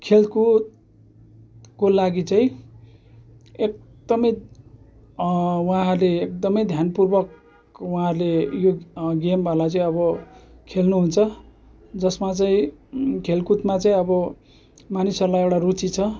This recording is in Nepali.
खेलकुदको लागि चाहिँ एकदमै उहाँहरूले एकदमै ध्यानपूर्वक उहाँहरूले यो गेमहरूलाई चाहिँ अब खेल्नुहुन्छ जसमा चाहिँ खेलकुदमा चाहिँ अब मानिसहरूलाई एउटा रुचि छ